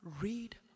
read